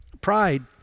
Pride